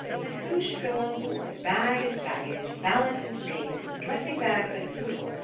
and who should go on board, bag and baggage, valet and maid, dressing-bags and poodle,